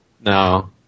No